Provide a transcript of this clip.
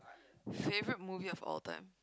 favourite movie of all time